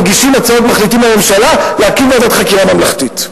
מגישים הצעות מחליטים בממשלה להקים ועדת חקירה ממלכתית.